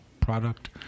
product